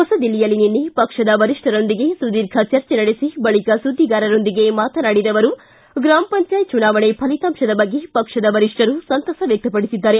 ಹೊಸದಿಲ್ಲಿಯಲ್ಲಿ ನಿನ್ನೆ ಪಕ್ಷದ ವರಿಷ್ಠರೊಂದಿಗೆ ಸುದೀರ್ಘ ಚರ್ಚೆ ನಡೆಸಿ ಬಳಿಕ ಸುದ್ದಿಗಾರರೊಂದಿಗೆ ಮಾತನಾಡಿದ ಅವರು ಗ್ರಾಮ್ ಪಂಚಾಯತ್ ಚುನಾವಣೆ ಫಲಿತಾಂಶದ ಬಗ್ಗೆ ಪಕ್ಷದ ವರಿಷ್ಠರು ಸಂತಸ ವ್ಯಕ್ತಪಡಿಸಿದ್ದಾರೆ